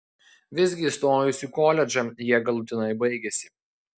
visgi įstojus į koledžą jie galutinai baigėsi